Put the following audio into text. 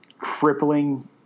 crippling